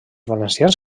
valencians